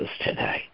today